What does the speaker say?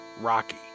Rocky